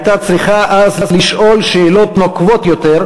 הייתה צריכה אז לשאול שאלות נוקבות יותר